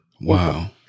wow